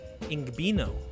Ingbino